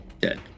Dead